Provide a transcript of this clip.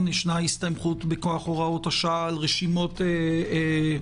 יש הסתמכות מכוח הוראות השעה על רשימות ישנות,